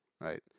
right